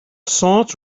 sword